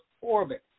orbit